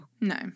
No